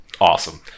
Awesome